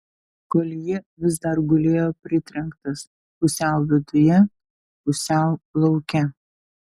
koljė vis dar gulėjo pritrenktas pusiau viduje pusiau lauke